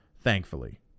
thankfully